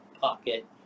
pocket